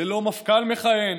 ללא מפכ"ל מכהן,